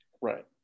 Right